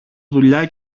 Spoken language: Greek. δουλειά